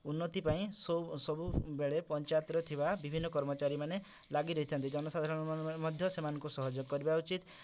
ଉନ୍ନତି ପାଇଁ ସବୁ ସବୁବେଳେ ପଞ୍ଚାୟତରେ ଥିବା ବିଭିନ୍ନ କର୍ମଚାରୀମାନେ ଲାଗିରହିଥାନ୍ତି ଜନସାଧାରଣମାନଙ୍କର ମଧ୍ୟ ସେମାନଙ୍କୁ ସହଯୋଗ କରିବା ଉଚିତ୍